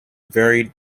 very